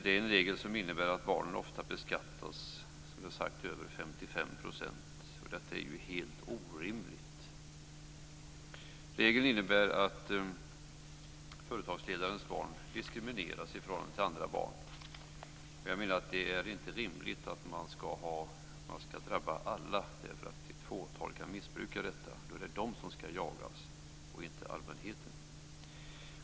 Denna regel innebär att barnen ofta beskattas som sagt med över 55 %, och det är helt orimligt. Regeln innebär att företagsledarens barn diskrimineras i förhållande till andra barn. Det är inte rimligt att det ska drabba alla, för det är missbrukare som ska jagas, inte allmänheten.